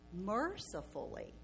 mercifully